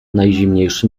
najzimniejszy